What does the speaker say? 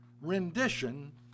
rendition